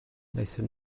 wnaethon